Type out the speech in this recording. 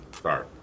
sorry